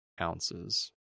ounces